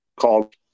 called